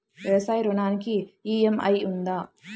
వ్యవసాయ ఋణానికి ఈ.ఎం.ఐ ఉందా?